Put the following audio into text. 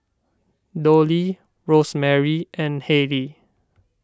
Dolly Rosemary and Hayley